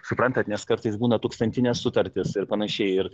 suprantat nes kartais būna tūkstantinės sutartys ir panašiai ir